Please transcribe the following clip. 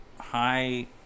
high